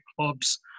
clubs